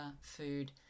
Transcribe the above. food